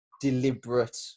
deliberate